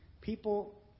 people